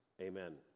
Amen